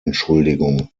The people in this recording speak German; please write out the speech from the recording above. entschuldigung